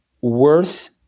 worth